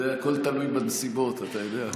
זה הכול תלוי בנסיבות, אתה יודע.